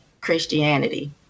Christianity